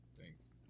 Thanks